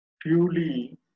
purely